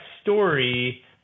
story